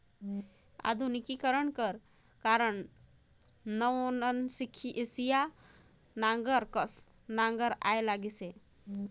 आधुनिकीकरन कर कारन नवनसिया नांगर कस नागर आए लगिस अहे